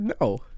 No